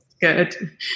good